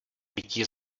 pití